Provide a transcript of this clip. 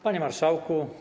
Panie Marszałku!